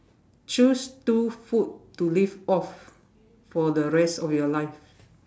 choose two food to live off for the rest of your life